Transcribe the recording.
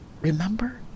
remember